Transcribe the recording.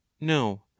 no